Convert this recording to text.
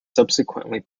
subsequently